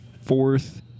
fourth